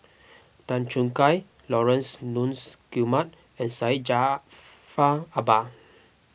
Tan Choo Kai Laurence Nunns Guillemard and Syed Jaafar Albar